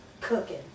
cooking